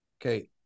Okay